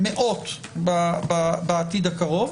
מאות בעתיד הקרוב,